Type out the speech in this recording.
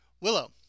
Willow